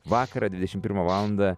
vakarą dvidešim pirmą valandą